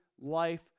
life